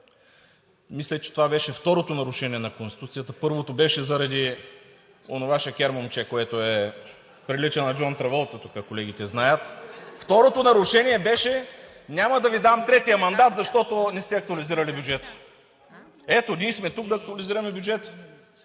Мисля, че това беше второто нарушение на Конституцията, първото беше заради онова шекер момче, което прилича на Джон Траволта. Тука колегите знаят. (Оживление. Шум.) Второто нарушение беше: няма да Ви дам третия мандат, защото не сте актуализирали бюджета. Ето, ние сме тук да актуализираме бюджета.